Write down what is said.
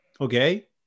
Okay